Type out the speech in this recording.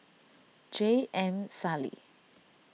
J M Sali